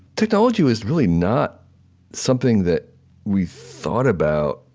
technology was really not something that we thought about,